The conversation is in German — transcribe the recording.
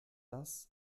das